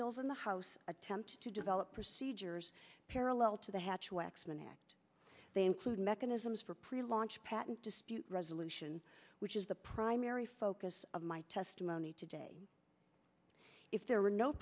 bills in the house attempt to develop procedures parallel to the hatch waxman act they include mechanisms for pre launch patent dispute resolution which is the primary focus of my testimony today if there were no